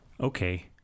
Okay